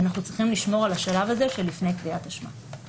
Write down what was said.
אנחנו צריכים לשמור על השלב הזה של לפני קביעת אשמה.